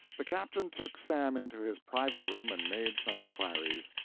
the captain took sam into his private room and made some inquiries.